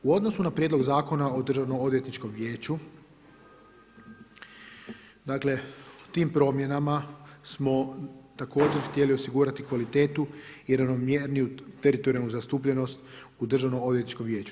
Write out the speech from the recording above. U odnosu na Prijedlog zakona o državno-odvjetničkom vijeću, tim promjenama smo također htjeli osigurati kvalitetu i ravnomjerniju teritorijalnu zastupljenost u državno-odvjetničkom vijeću.